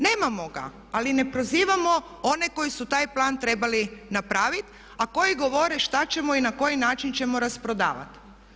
Nemamo ga, ali ne prozivamo one koji su taj plan trebali napraviti a koji govore što ćemo i na koji način ćemo rasprodavati.